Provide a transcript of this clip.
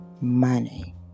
money